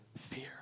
fear